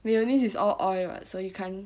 mayonnaise is all oil [what] so you can't